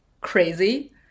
crazy